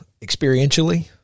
experientially